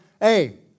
hey